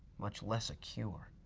much less a cure.